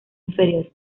inferior